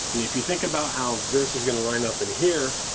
and if you think about how this is gonna line up in here,